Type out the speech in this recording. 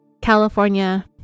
california